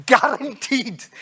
Guaranteed